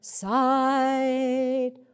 side